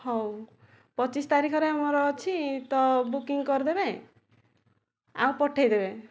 ହେଉ ପଚିଶ ତାରିଖରେ ଆମର ଅଛି ତ ବୁକିଂ କରିଦେବେ ଆଉ ପଠାଇଦେବେ